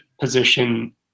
position